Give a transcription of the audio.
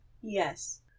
Yes